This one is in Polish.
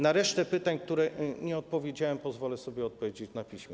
Na resztę pytań, na które nie odpowiedziałem, pozwolę sobie odpowiedzieć na piśmie.